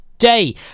day